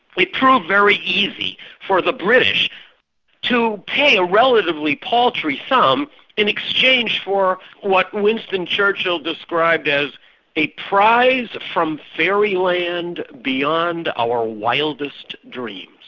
it proved very easy for the british to so pay a relatively paltry sum in exchange for what winston churchill described as a prize from fairyland beyond our wildest dreams.